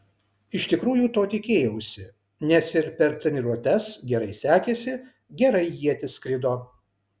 iš tikrųjų to tikėjausi nes ir per treniruotes gerai sekėsi gerai ietis skrido